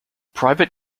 private